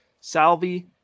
Salvi